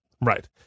Right